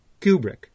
Kubrick